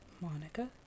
Monica